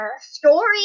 story